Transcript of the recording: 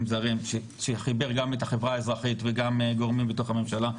זרים שחיבר גם את החברה האזרחית וגם גורמים בתוך הממשלה,